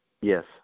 Yes